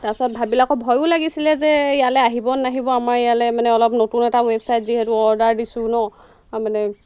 তাৰপাছত ভাবিলে আকৌ ভয়ো লাগিছিলে যে ইয়ালৈ আহিব নাহিব আমাৰ ইয়ালৈ মানে অলপ নতুন এটা ৱেবছাইট যিহেতু অৰ্ডাৰ দিছোঁ ন অ মানে